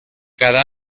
cada